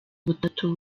butatu